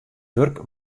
wurk